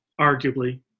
arguably